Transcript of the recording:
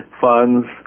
funds